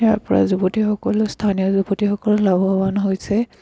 ইয়াৰপৰা যুৱতীসকলো স্থানীয় যুৱতীসকলো লাভৱান হৈছে